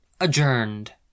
adjourned